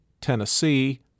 Tennessee